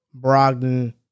Brogdon